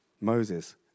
Moses